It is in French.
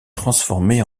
transformé